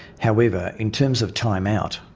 however, in terms of time-out,